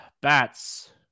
Bats